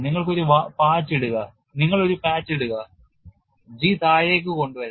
നിങ്ങൾ ഒരു പാച്ച് ഇടുക G താഴേക്ക് കൊണ്ടുവരാം